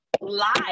live